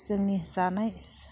जोंनि जानाय